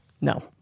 No